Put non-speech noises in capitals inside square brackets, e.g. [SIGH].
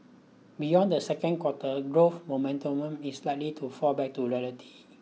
beyond the second quarter growth [UNINTELLIGIBLE] is likely to fall back to reality